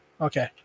Okay